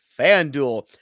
FanDuel